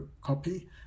copy